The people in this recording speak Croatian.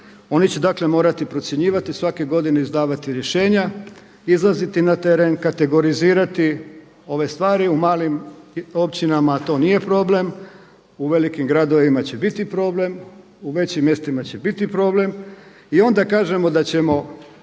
Oni će dakle morati procjenjivati, svake godine izdavati rješenja, izlaziti na teren, kategorizirati ove stvari. U malim općinama to nije problem. U velikim gradovima će biti problem. U većim mjestima će biti problem. I onda kažemo da ćemo